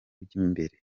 by’imbere